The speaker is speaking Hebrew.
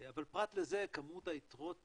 אבל פרט לזה כמות יתרות